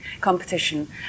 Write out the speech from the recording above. competition